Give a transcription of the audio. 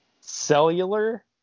cellular